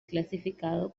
clasificado